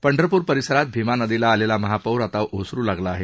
पंढरपूर परिसरात भीमा नदीला आलेला महापूर आता ओसरू लागला आहे